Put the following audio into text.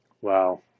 Wow